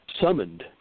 summoned